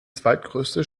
zweitgrößte